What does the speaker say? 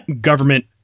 government